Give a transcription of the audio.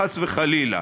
חס וחלילה,